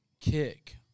kick